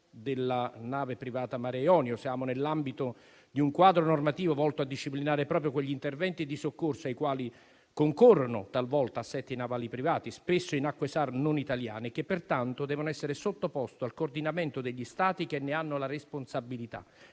della nave privata Mare Jonio. Siamo nell'ambito di un quadro normativo volto a disciplinare proprio quegli interventi di soccorso ai quali concorrono talvolta assetti navali privati, spesso in acque SAR non italiane, e che pertanto devono essere sottoposti al coordinamento degli Stati che ne hanno la responsabilità,